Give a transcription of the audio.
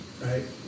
right